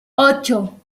ocho